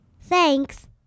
Thanks